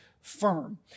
firm